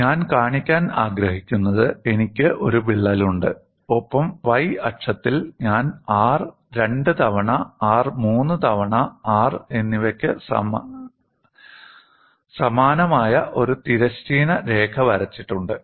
ഞാൻ കാണിക്കാൻ ആഗ്രഹിക്കുന്നത് എനിക്ക് ഒരു വിള്ളലുണ്ട് ഒപ്പം y അക്ഷത്തിൽ ഞാൻ R 2 തവണ R 3 തവണ R എന്നിവയ്ക്ക് സമാനമായ ഒരു തിരശ്ചീന രേഖ വരച്ചിട്ടുണ്ട്